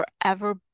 forever